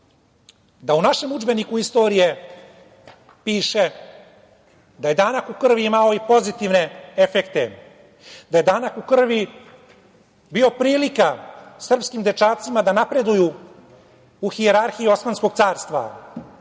da u našem udžbeniku istorije piše – da je danak u krvi imao i pozitivne efekte, da je danak u krvi bio prilika srpskim dečacima da napreduju u hijerarhiji osmanskog carstva.